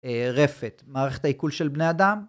רפת, מערכת העיכול של בני אדם